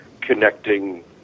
connecting